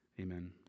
Amen